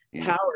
power